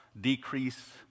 decrease